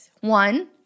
One